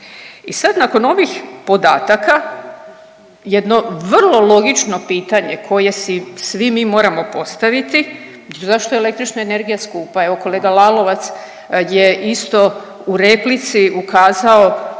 I sad nakon ovih podataka jedno vrlo logično pitanje koje si svi mi moramo postaviti zašto je električna energija skupa? Evo kolega Lalovac je isto u replici ukazao